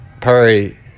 Perry –